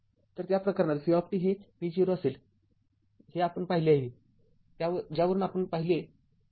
तरत्या प्रकरणात v हे v0असेल हे आपण पाहिले आहे ज्यावरून आपण पाहिले आहे